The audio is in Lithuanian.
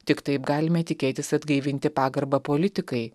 tik taip galime tikėtis atgaivinti pagarbą politikai